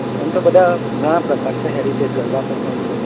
એમ તો બધા ઘણા પ્રકાર છે હેરિટેજ ગરબા પણ હોય છે